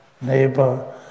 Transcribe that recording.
neighbor